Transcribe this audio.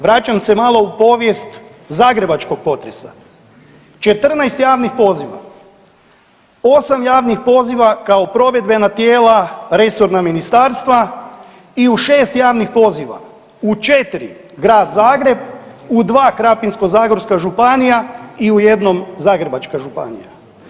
Vraćam se malo u povijest zagrebačkog potresa, 14 javnih poziva, osam javnih poziva kao provedbena tijela resorna ministarstva i u šest javnih poziva u četiri Grad Zagreb, u dva Krapinsko-zagorska županija i u jednom Zagrebačka županija.